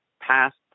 past